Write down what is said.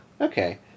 Okay